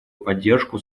поддержку